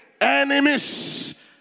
enemies